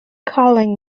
calling